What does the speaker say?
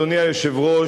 אדוני היושב-ראש,